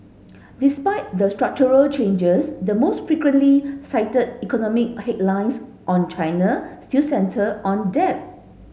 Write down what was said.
despite the structural changes the most frequently cited economic headlines on China still centre on debt